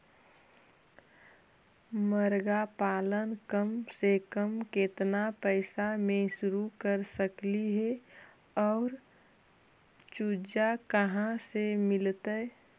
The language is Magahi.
मरगा पालन कम से कम केतना पैसा में शुरू कर सकली हे और चुजा कहा से मिलतै?